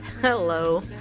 Hello